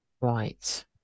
Right